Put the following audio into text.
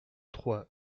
trois